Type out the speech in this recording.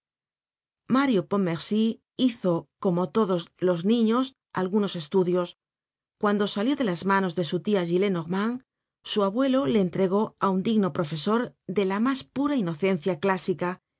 mario pontmercy hizo como todos los niños algunos estudios cuando salió de las manos de su tia gillenormand su abuelo le entregó á un digno profesor de la mas pura inocencia clásica